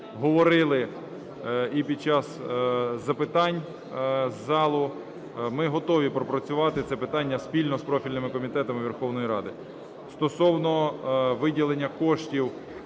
говорили і під час запитань з залу, ми готові пропрацювати це питання спільно з профільними комітетами Верховної Ради. Стосовно виділення коштів